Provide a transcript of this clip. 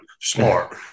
smart